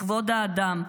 בכבוד האדם,